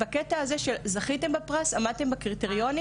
בקטע הזה שאם זכו בפרס ועמדו בקריטריונים